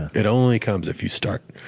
it only comes if you start.